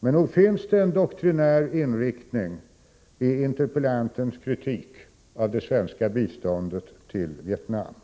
Men nog finns det en doktrinär inriktning i interpellantens kritik av det svenska biståndet till Vietnam.